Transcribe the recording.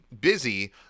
busy